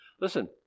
Listen